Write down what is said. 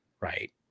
right